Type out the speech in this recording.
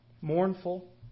mournful